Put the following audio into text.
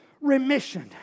remission